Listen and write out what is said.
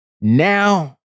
Now